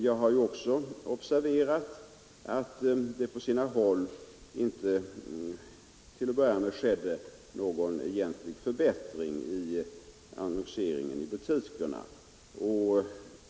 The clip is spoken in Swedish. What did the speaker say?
Jag har ju också observerat att det på sina håll inte till att börja med skedde någon egentlig förbättring i fråga om skyltningen i butikerna.